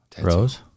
rose